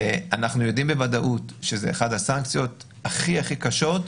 אנחנו יודעים בוודאות שזו אחת הסנקציות הכי קשות,